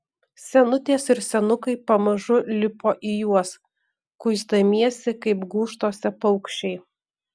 senutės ir senukai pamažu lipo į juos kuisdamiesi kaip gūžtose paukščiai